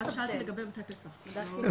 במקום עד יום כ"ד בתמוז התשפ"ב (23 ביולי 2022),